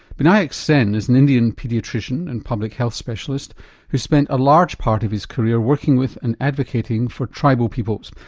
binayak sen is an indian paediatrician and public health specialist who's spent a large part of his career working with and advocating for tribal peoples,